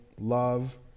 love